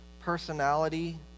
personality